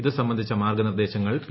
ഇതു സംബന്ധിച്ച മാർഗ്ഗനിർദ്ദേശങ്ങൾ പി